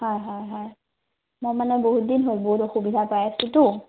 হয় হয় হয় মই মানে বহুত দিন হ'ল বহুত অসুবিধা পাই আছোঁতো